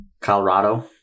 Colorado